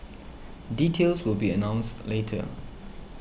details will be announced later